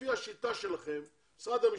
שלפי השיטה שלכם משרד המשפטים,